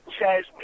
says